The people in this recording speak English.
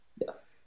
Yes